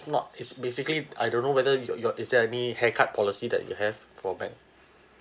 not it's basically I don't know whether your your is there any haircut policy that you have for bank